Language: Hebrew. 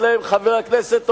מאפשרת להם, חבר הכנסת אורון,